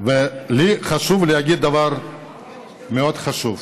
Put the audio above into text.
לי חשוב להגיד דבר מאוד חשוב: